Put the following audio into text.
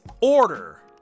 order